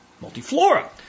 multiflora